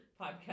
podcast